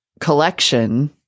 collection